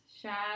Shad